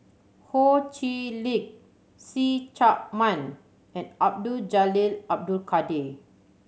Ho Chee Lick See Chak Mun and Abdul Jalil Abdul Kadir